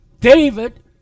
David